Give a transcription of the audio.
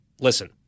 Listen